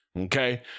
Okay